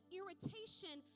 irritation